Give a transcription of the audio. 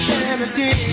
Kennedy